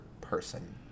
person